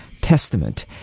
testament